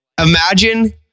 imagine